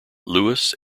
lewis